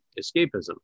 escapism